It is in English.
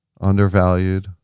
Undervalued